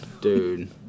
Dude